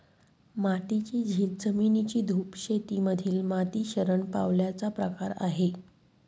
मातीची झीज, जमिनीची धूप शेती मधील माती शरण पावल्याचा प्रकार आहे